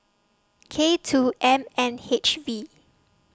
K two M N H V